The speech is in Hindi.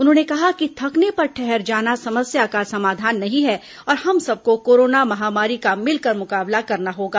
उन्होंने कहा कि थकने पर ठहर जाना समस्या का समाधान नहीं है और हम सबको कोरोना महामारी का मिलकर मुकाबला करना होगा